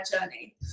journey